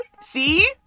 see